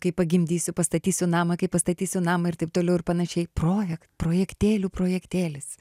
kai pagimdysiu pastatysiu namą kai pastatysiu namą ir taip toliau ir panašiai projekt projektėlių projektėlis